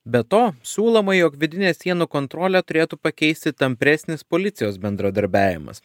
be to siūloma jog vidinę sienų kontrolę turėtų pakeisti tampresnis policijos bendradarbiavimas